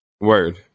word